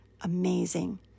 Amazing